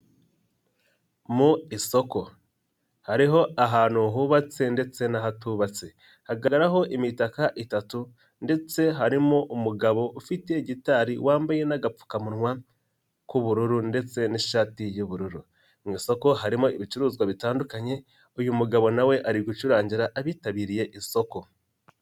Mu isoko, hariho ahantu hubatse ndetse n'ahatubatse, hagararaho imitaka itatu ndetse harimo umugabo ufite gitari wambaye n'agapfukamunwa k'ubururu ndetse n'ishati y'ubururu, mu isoko harimo ibicuruzwa bitandukanye, uyu mugabo na we ari gucurangira abitabiriye isoko.